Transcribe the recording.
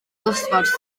ddosbarth